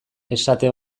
esate